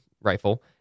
rifle